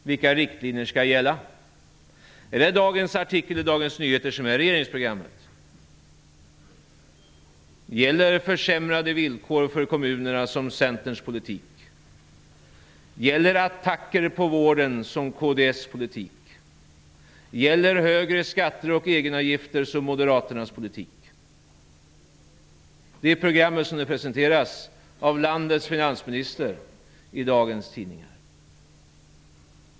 Vilka riktlinjer skall gälla? Är det dagens artikel i Dagens Nyheter som är regeringsprogrammet? Gäller försämrade villkor för kommunerna som Centerns politik? Gäller attacker på vården som kds politik? Gäller högre skatter och egenavgifter som moderaternas politik? Det är programmet, som det presenteras av landets finansminister i dagens tidning.